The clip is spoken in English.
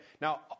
Now